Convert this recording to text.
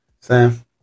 Sam